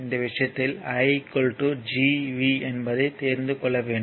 இந்த விஷயத்தில் I GV என்பதை தெரிந்துக் கொள்ள வேண்டும்